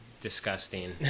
disgusting